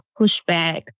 pushback